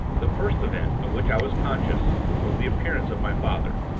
the first event of which i was conscious was the appearance of my father.